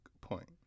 point